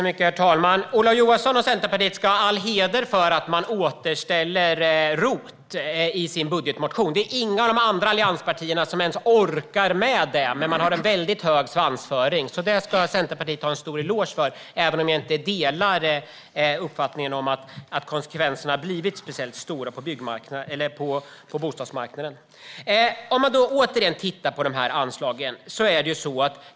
Herr talman! Ola Johansson och Centerpartiet ska ha all heder för att de återställer ROT-avdraget i budgetmotionen. Det är inga av de andra allianspartierna som ens orkar med det, men de har hög svansföring. Det ska Centerpartiet ha en stor eloge för, även om jag inte delar uppfattningen att konsekvenserna har blivit speciellt stora på bostadsmarknaden. Låt oss återigen titta på anslagen.